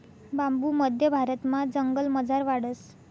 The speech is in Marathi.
बांबू मध्य भारतमा जंगलमझार वाढस